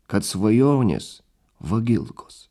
kad svajonės vagilkos